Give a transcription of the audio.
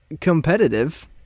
competitive